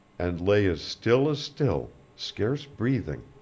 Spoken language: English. and lay as still as still, scarce breathing.